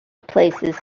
places